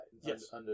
Yes